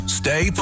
stay